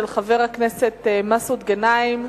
של חבר הכנסת מסעוד גנאים.